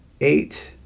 eight